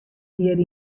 hjir